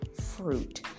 fruit